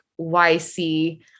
YC